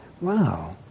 Wow